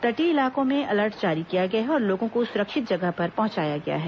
तटीय इलाकों में अलर्ट जारी किया गया है और लोगों को सुरक्षित जगह पर पहुंचाया गया है